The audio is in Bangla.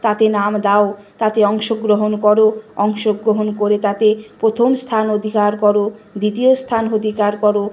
তাতে নাম দাও তাতে অংশগ্রহণ করো অংশগ্রহণ করে তাতে প্রথম স্থান অধিকার করো দ্বিতীয় স্থান অধিকার করো